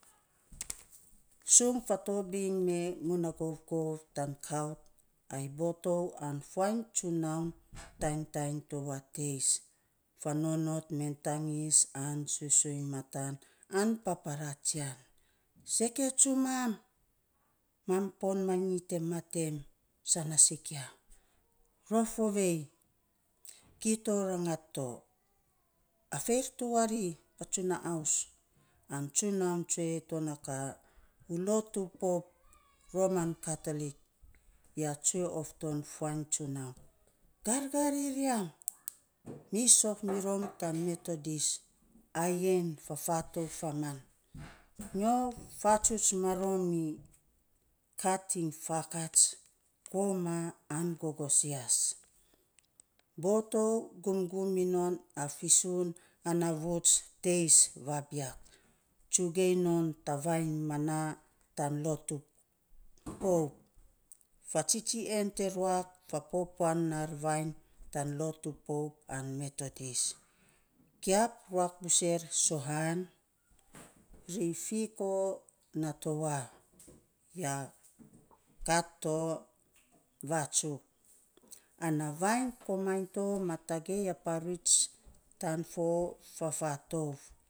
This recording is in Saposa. Ri kaa bus er rato, ka minon guei te paporos naa ata. Kito sofsof ton fafatouf tan method is talatala tagein na fokat iny fatok, ya fakats to na fan saposa. Kito tsue tona kaa puai nyo ma tabin fan tsiau. Nyo te ruak a fo tsunaun iny fan, nyo te fatsuts rarin fatouf metogis. Jio, ruak busen na sitima kariki, ya jias busen, naa mito. Sitima atang soroken a tou nusang karepo, ana kakaa, nongoiny raro a taa saposa, vegiau fan ror, ana koman ya mau ovei nato poo, a vainy tsonyo to ari, kito rangats to na vainy. E botou te kain non? Ri tsue of towa, eyei, ataa saposa te bibinun tana sitima, fa nonot miya men susuiny matan an paparaa tsian, kito af peto, tan buts, ri sua mito fan, a tou tagei a botou.